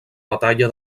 batalla